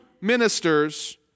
ministers